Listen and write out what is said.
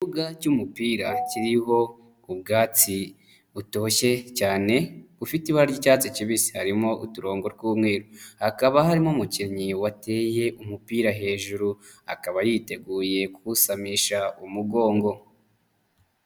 Ikibuga cy'umupira kiriho ubwatsi butoshye cyane, ufite ibara ry'icyatsi kibisi, harimo uturongo tw'umweru. Hakaba harimo umukinnyi wateye umupira hejuru. Akaba yiteguye kuwusamisha umugongo.